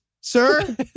sir